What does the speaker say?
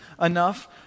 enough